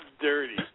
dirty